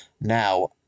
now